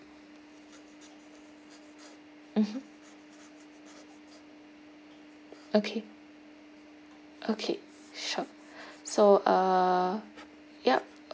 mmhmm okay okay sure so uh yup